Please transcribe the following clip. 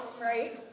right